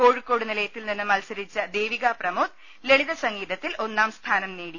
കോഴിക്കോട് നിലയത്തിൽനിന്ന് മത്സ രിച്ച ദേവിക പ്രമോദ് ലളിതസംഗീതത്തിൽ ഒന്നാം സ്ഥാനം നേടി